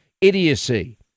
idiocy